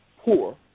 poor